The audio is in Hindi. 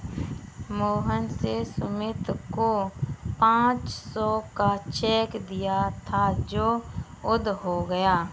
मोहन ने सुमित को पाँच सौ का चेक दिया था जो रद्द हो गया